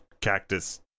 cactus